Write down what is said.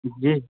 جی